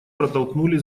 протолкнули